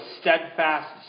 steadfast